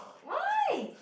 why